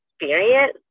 experience